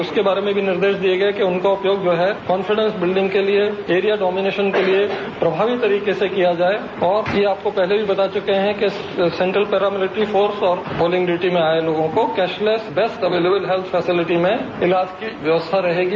उसके बारे में भी निर्देश दिये कि उनका उपयोग जो है कॉन्फिडेंस बिल्डिंग के लिए एरिया डोमिनेशन के लिए प्रभावी तरीके से किया जाए और सेन्ट्रल पैरामिलिट्री फोर्स और पोलिंग ड्यूटी में आए लोगों को cashless best available health facility में इलाज की व्यवस्था रहेगी